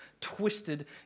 twisted